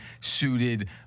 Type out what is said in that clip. suited